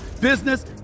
business